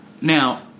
Now